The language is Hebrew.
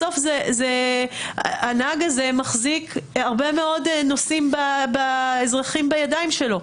בסוף הנהג הזה מחזיק הרבה מאוד נוסעים אזרחים בידיים שלו.